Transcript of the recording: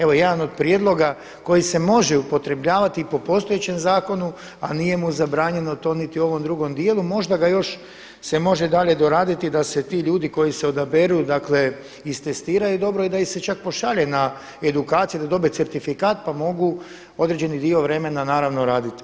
Evo jedan od prijedloga koji se može upotrebljavati i po postojećem zakonu a nije mu zabranjeno to niti u ovom drugom dijelu, možda ga još se može i dalje doraditi da se i ti ljudi koji se odaberu, dakle istestiraju dobro i da ih se čak pošalje na edukaciju da dobiju i certifikat pa mogu određeni dio vremena naravno raditi.